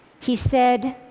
he said,